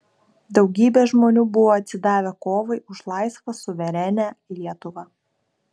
daugybė žmonių buvo atsidavę kovai už laisvą suverenią lietuvą